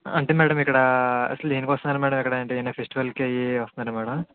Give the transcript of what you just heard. అంటే మ్యాడమ్ ఇక్కడ అసలు దేనికి వస్తున్నారు మ్యాడమ్ ఇక్కడ అంటే ఏమన్నా ఫెస్టివల్ కి అయి వస్తున్నారా మ్యాడమ్